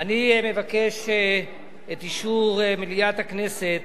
אני מבקש את אישור מליאת הכנסת